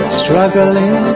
struggling